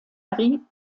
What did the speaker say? marie